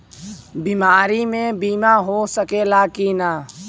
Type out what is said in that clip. बीमारी मे बीमा हो सकेला कि ना?